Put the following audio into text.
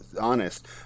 honest